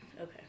Okay